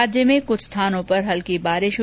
राज्य में कुछ स्थानों पर हल्की बारिश हुई है